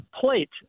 plate